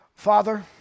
Father